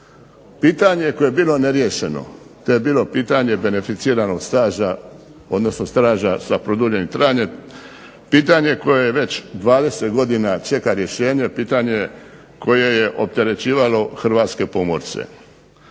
Pitanje koje je bilo neriješeno to je bilo pitanje beneficiranog staža, odnosno staža sa produljenim trajanjem, pitanje koje već 20 godina čeka rješenje, pitanje koje je opterećivalo Hrvatske pomorce.